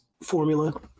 formula